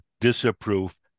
disapprove